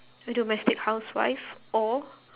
a domestic housewife or